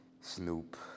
Snoop